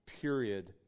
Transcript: period